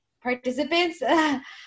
participants